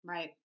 Right